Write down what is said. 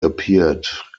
appeared